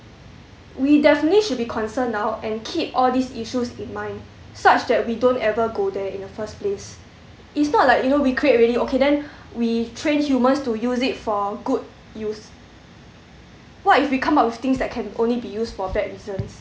we definitely should be concerned now and keep all these issues in mind such that we don't ever go there in the first place it's not like you know we create already okay then we train human to use it for good use what if we come up with things that can only be used for bad reasons